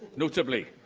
notably,